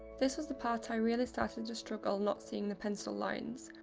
this was the part i really started to struggle not seeing the pencil lines,